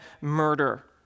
murder